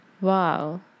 Wow